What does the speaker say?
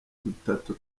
dutatu